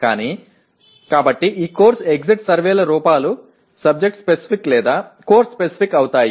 కానీ కాబట్టి ఈ కోర్సు ఎగ్జిట్ సర్వే రూపాలు సబ్జెక్ట్ స్పెసిఫిక్ లేదా కోర్సు స్పెసిఫిక్ అవుతాయి